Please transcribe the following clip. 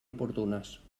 oportunes